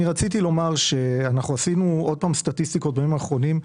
אני רציתי לומר שאנחנו עשינו עוד פעם סטטיסטיקות בימים האחרונים.